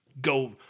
go